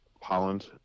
Holland